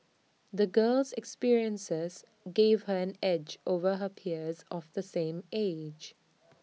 the girl's experiences gave her an edge over her peers of the same age